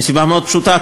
מסיבה מאוד פשוטה,